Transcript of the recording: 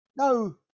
No